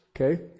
okay